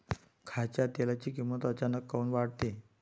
खाच्या तेलाची किमत अचानक काऊन वाढते?